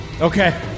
Okay